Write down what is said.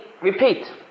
repeat